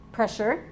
Pressure